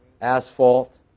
asphalt